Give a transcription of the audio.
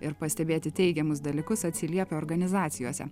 ir pastebėti teigiamus dalykus atsiliepia organizacijose